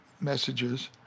messages